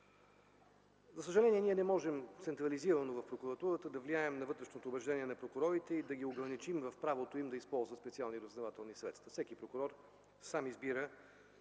За съжаление не можем централизирано в прокуратурата да влияем на вътрешното убеждение на прокурорите и да ги ограничим в правото им да използват специални разузнавателни средства.